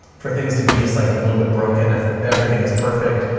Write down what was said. for things to be just like a little bit broken if everything is perfect,